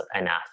enough